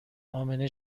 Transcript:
امنه